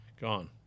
Gone